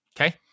Okay